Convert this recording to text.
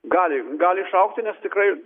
gali gali išaugti nes tikrai